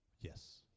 Yes